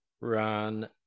Run